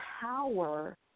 power